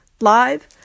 live